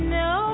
no